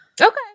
Okay